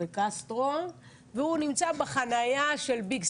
בקסטרו והוא נמצא בחניה של ביג.